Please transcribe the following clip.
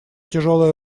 тяжелое